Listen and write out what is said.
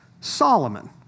Solomon